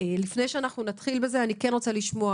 לפני שנתחיל בזה אני כן רוצה לשמוע